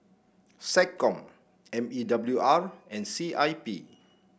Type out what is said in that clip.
SecCom M E W R and C I P